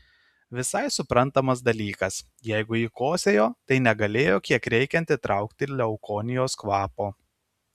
visai suprantamas dalykas jeigu ji kosėjo tai negalėjo kiek reikiant įtraukti leukonijos kvapo